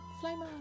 Flame